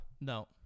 No